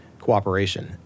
cooperation